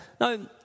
no